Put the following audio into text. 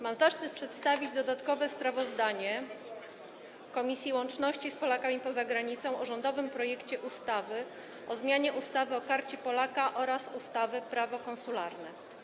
Mam zaszczyt przedstawić dodatkowe sprawozdanie Komisji Łączności z Polakami za Granicą o rządowym projekcie ustawy o zmianie ustawy o Karcie Polaka oraz ustawy Prawo konsularne.